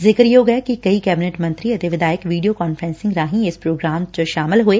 ਜ਼ਿਕਰਯੋਗ ਏ ਕਿ ਕਈ ਕੈਬਨਿਟ ਮੰਤਰੀ ਅਤੇ ਵਿਧਾਇਕ ਵੀਡੀਓ ਕਾਨਫਰੰਸਿੰਗ ਰਾਹੀ ਇਸ ਪ੍ਰੋਗਰਾਮ ਵਿਚ ਸ਼ਾਮਲ ਹੋਏ